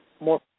More